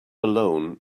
alone